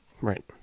Right